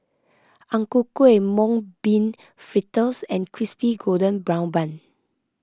Ang Ku Kueh Mung Bean Fritters and Crispy Golden Brown Bun